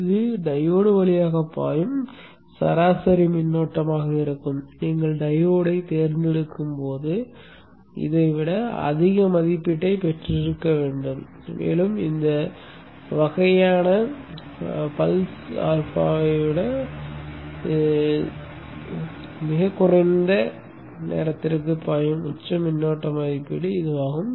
இது டையோடு வழியாகப் பாயும் சராசரி மின்னோட்டமாக இருக்கும் நீங்கள் டையோடைத் தேர்ந்தெடுக்கும் போது இதைவிட அதிக மதிப்பீட்டைப் பெற்றிருக்க வேண்டும் மேலும் இந்த வகையான துடிப்புக்கு ஆல்பாவை விட மிகக் குறைந்த காலத்திற்குப் பாயும் உச்ச மின்னோட்ட மதிப்பீடு இதுவாகும்